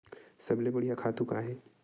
सबले बढ़िया खातु का हे?